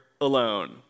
alone